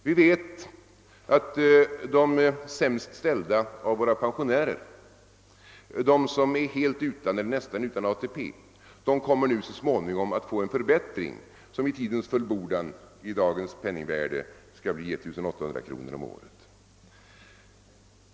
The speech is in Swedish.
Vi vet att de sämst ställda av våra pensionärer, de som är helt utan eller nästan utan ATP, nu så småningom kommer att få en förbättring, som i tidens fullbordan skall bli 1800 kronor om året i dagens penningvärde.